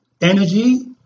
energy